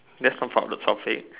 next time found the sound fix